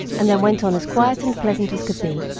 and then went on as quiet and pleasant as could be.